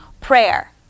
prayer